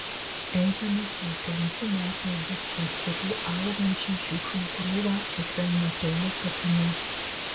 eidamas jau kelinti metai vis pastebiu augančią šiukšlių krūvą visai netoli kapinių